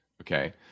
Okay